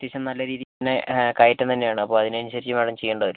അത്യാവശ്യം നല്ല രീതിയിൽ തന്നെ കയറ്റം തന്നെയാണ് അപ്പോൾ അതിനനുസരിച്ച് മാഡം ചെയ്യേണ്ടി വരും